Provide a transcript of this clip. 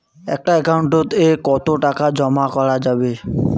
একটা একাউন্ট এ কতো টাকা জমা করা যাবে?